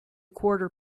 quarter